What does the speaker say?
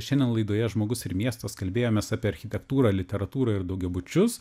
šiandien laidoje žmogus ir miestas kalbėjomės apie architektūrą literatūrą ir daugiabučius